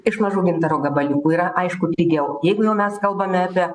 iš mažų gintaro gabaliukų yra aišku pigiau jeigu jau mes kalbame apie